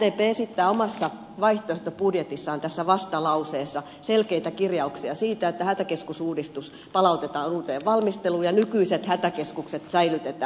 sdp esittää omassa vaihtoehtobudjetissaan vastalauseessa selkeitä kirjauksia siitä että hätäkeskusuudistus palautetaan uuteen valmisteluun ja nykyiset hätäkeskukset säilytetään